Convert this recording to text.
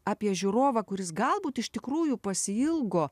apie žiūrovą kuris galbūt iš tikrųjų pasiilgo